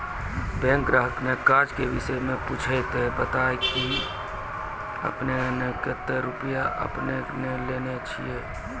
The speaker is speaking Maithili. बैंक ग्राहक ने काज के विषय मे पुछे ते बता की आपने ने कतो रुपिया आपने ने लेने छिए?